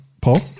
Paul